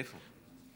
איפה?